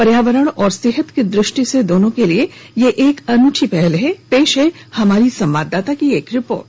पर्यावरण और सेहत की दु ष्टि से दोनों के लिए ये एक अनूठी पहल है पेश है हमारी संवाददाता की एक रिपोर्ट